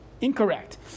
Incorrect